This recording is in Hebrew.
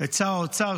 את שר האוצר,